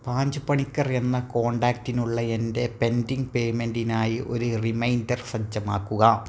പാഞ്ചു പണിക്കർ എന്ന കോണ്ടാക്ടിനുള്ള എൻ്റെ പെൻ്റിങ് പെയ്മെൻ്റിനായി ഒരു റിമൈൻ്റർ സജ്ജമാക്കുക